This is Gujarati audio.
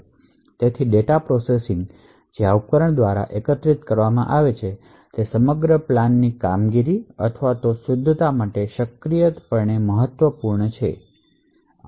અને તેથી ડેટા પ્રોસેસીંગ જે આ ઉપકરણ દ્વારા એકત્રિત કરવામાં આવે છે તે સમગ્ર પ્લાન્ટની કામગીરી અથવા શુદ્ધતા માટે સક્રિયપણે મહત્વપૂર્ણ છે